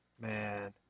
Man